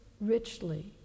richly